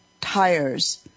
tires